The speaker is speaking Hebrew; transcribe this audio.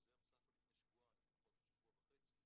וזה היה בסך הכל לפני שבוע וחצי,